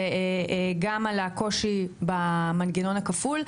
וגם על הקושי במנגנון הכפול.